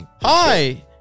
Hi